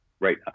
Right